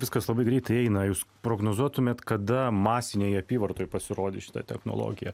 viskas labai greitai eina jūs prognozuotumėt kada masinėje apyvartoj pasirodys šita technologija